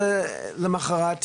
ולמחרת דרומה.